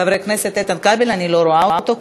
חוק ומשפט להכנה לקריאה ראשונה.